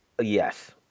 Yes